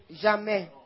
jamais